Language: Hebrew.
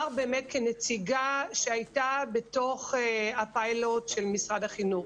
באמת כנציגה שהייתה בתוך הפיילוט של משרד החינוך,